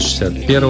61